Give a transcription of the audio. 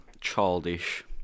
Childish